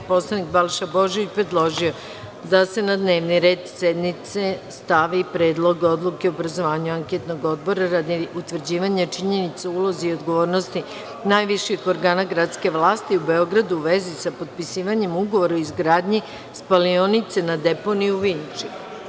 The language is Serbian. Narodni poslanik Balša Božović predložio je da se na dnevni red sednice stavi Predlog odluke o obrazovanju Anketnog odbora radi utvrđivanja činjenica o ulozi i odgovornosti najviših organa gradske vlasti u Beogradu, u vezi sa potpisivanjem Ugovora o izgradnji spalionice na deponiji u Vinči.